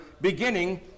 beginning